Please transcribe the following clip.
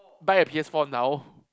buy a P_S-four now